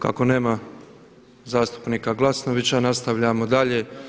Kako nema zastupnika Glasnovića, nastavljamo dalje.